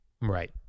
Right